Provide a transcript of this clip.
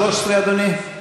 13, אדוני?